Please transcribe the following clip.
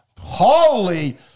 Holy